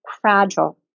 fragile